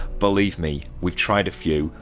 believe me we've tried a few,